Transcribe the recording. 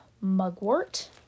mugwort